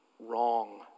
wrong